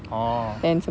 oh